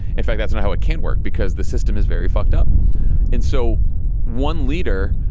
in fact, that's not how it can work because the system is very fucked up and so one leader,